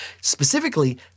specifically